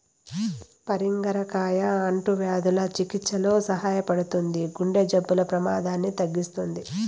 పరింగర కాయ అంటువ్యాధుల చికిత్సలో సహాయపడుతుంది, గుండె జబ్బుల ప్రమాదాన్ని తగ్గిస్తుంది